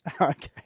Okay